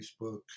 Facebook